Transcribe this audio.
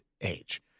age